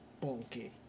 bulky